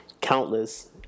countless